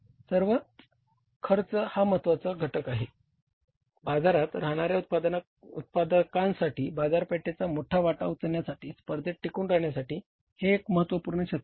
सर्वत्र खर्च हा महत्वाचा घटक आहे बाजारात राहणाऱ्या उत्पादकांसाठी बाजारपेठेचा मोठा वाटा उचलण्यासाठी स्पर्धेत टिकून राहण्यासाठी हे एक महत्वपूर्ण शस्त्र आहे